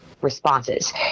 responses